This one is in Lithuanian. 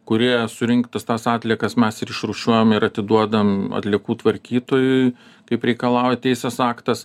kurie surinktas tas atliekas mes ir išrūšiuojam ir atiduodam atliekų tvarkytojui kaip reikalauja teisės aktas